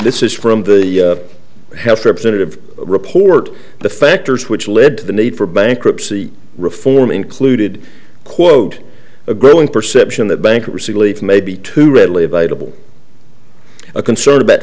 this is from the health representatives report the factors which lead to the need for bankruptcy reform included quote a growing perception that bankruptcy leads may be too readily available a concern about